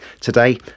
Today